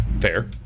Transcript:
Fair